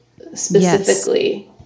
specifically